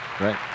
right